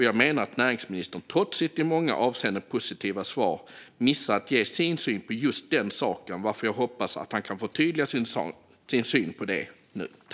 Jag menar att näringsministern trots sitt i många avseenden positiva svar har missat att ge sin syn på just den saken, varför jag hoppas att han kan förtydliga sin syn på det.